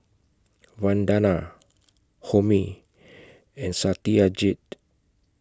Vandana Homi and Satyajit